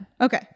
Okay